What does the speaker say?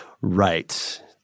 Right